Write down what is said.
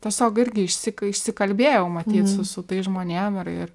tiesiog irgi išsi išsikalbėjau matyt su su tais žmonėms ir ir